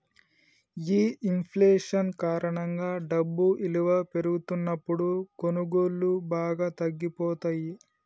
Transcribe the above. ఈ ఇంఫ్లేషన్ కారణంగా డబ్బు ఇలువ పెరుగుతున్నప్పుడు కొనుగోళ్ళు బాగా తగ్గిపోతయ్యి